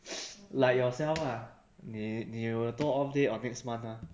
like yourself ah 你你有多 off day on next month ah